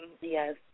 Yes